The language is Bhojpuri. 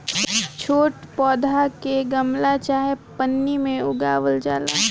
छोट पौधा के गमला चाहे पन्नी में उगावल जाला